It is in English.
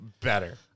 better